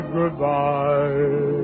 goodbye